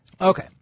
Okay